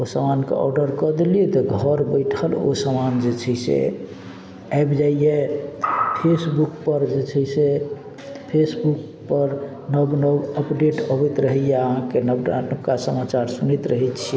ओ सामानके ऑर्डर कऽ देलियै तऽ घर बैठल ओ सामान जे छै से आबि जाइए फेसबुकपर जे छै से फेसबुकपर नव नव अपडेट अबैत रहैये अहाँके नवका नवका समाचार सुनैत रहय छी